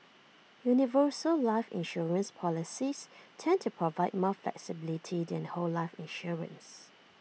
universal life insurance policies tend to provide more flexibility than whole life insurance